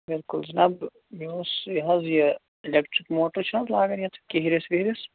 بلکل جناب مےٚ اوس یہِ حظ یہِ اِلیکٹرٕک موٹر چھِنہٕ حظ لاگان یَتھ کِہرِس وِہرِس